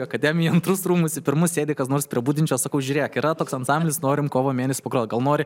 į akademiją antrus rūmus į pirmus sėdi kas nors prie budinčio sakau žiūrėk yra toks ansamblis norim kovo mėnesį pagrot gal nori